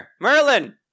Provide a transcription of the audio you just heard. Merlin